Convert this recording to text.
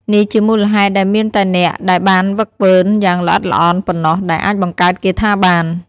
នេះជាមូលហេតុដែលមានតែអ្នកដែលបានហ្វឹកហ្វឺនយ៉ាងល្អិតល្អន់ប៉ុណ្ណោះដែលអាចបង្កើតគាថាបាន។